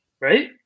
Right